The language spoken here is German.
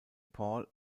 paul